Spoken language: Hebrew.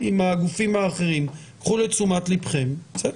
עם הגופים האחרים קחו לתשומת לבכם, בסדר.